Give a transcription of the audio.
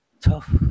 tough